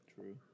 true